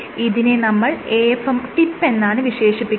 ഇതിനെ നമ്മൾ AFM ടിപ്പെന്നാണ് വിശേഷിപ്പിക്കുന്നത്